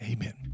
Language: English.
Amen